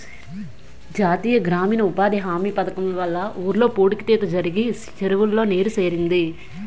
జాతీయ గ్రామీణ ఉపాధి హామీ పధకము వల్ల ఊర్లో పూడిక తీత జరిగి చెరువులో నీరు సేరింది